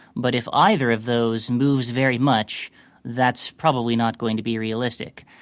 but if either of those moves very much that's probably not going to be realistic.